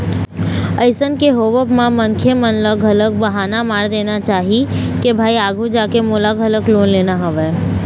अइसन के होवब म मनखे मन ल घलोक बहाना मार देना चाही के भाई आघू जाके मोला घलोक लोन लेना हवय